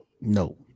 no